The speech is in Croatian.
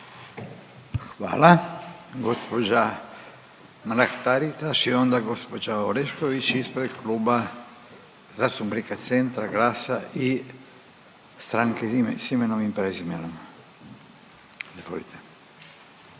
Hvala. Gđa Mrak-Taritaš i onda gđa Orešković ispred Kluba zastupnika Centra, GLAS-a i Stranke s imenom i prezimenom. Izvolite.